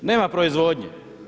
Nema proizvodnje.